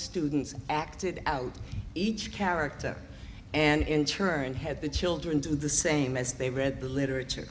students acted out each character and in turn had the children do the same as they read the literature